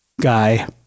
Guy